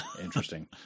Interesting